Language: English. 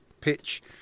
pitch